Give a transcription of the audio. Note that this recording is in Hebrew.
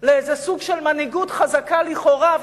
לאיזה סוג של מנהיגות חזקה לכאורה,